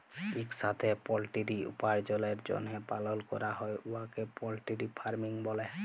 ইকসাথে পলটিরি উপার্জলের জ্যনহে পালল ক্যরা হ্যয় উয়াকে পলটিরি ফার্মিং ব্যলে